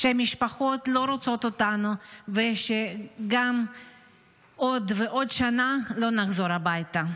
שהמשפחות לא רוצות אותנו ושגם עוד ועוד שנה לא נחזור הביתה.